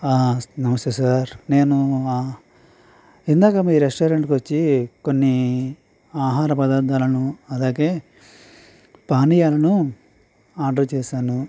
నమస్తే సార్ నేను ఇందాక మీ రెస్టారెంట్కి వచ్చి కొన్ని ఆహార పదార్ధాలను అలాగే పానీయాలను ఆర్డర్ చేశాను